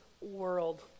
world